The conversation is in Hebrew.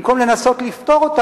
אפשר להסכים ואפשר לא להסכים,